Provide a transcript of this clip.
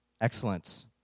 excellence